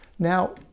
Now